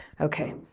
Okay